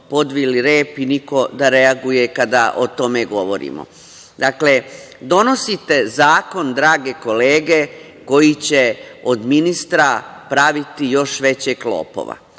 podvili rep i niko da reaguje kada o tome govorimo. Dakle, donosite zakon, drage kolege, koji će od ministra praviti još većeg lopova,